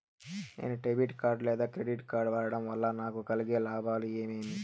నేను debit card లేదా credit card వాడడం వల్ల నాకు కలిగే లాభాలు ఏమేమీ?